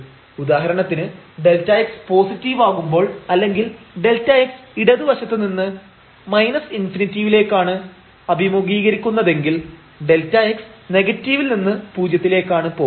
ഉദാഹരണത്തിന് Δx positive ആകുമ്പോൾ അല്ലെങ്കിൽ Δx ഇടതു വശത്തുനിന്ന് ∞ ലെക്കാണ് അഭിമുഖീകരിക്കുന്നതെങ്കിൽ Δx നെഗറ്റീവിൽ നിന്ന് പൂജ്യത്തിലേക്കാണ് പോകുന്നത്